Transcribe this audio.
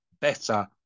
better